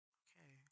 okay